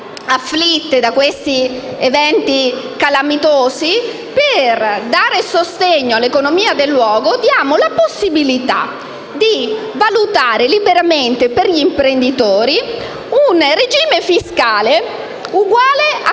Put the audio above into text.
afflitte da questi eventi calamitosi, per dare sostegno all'economia del luogo, si desse la possibilità di valutare liberamente per gli imprenditori un regime fiscale uguale a